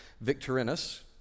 Victorinus